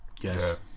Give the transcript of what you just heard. Yes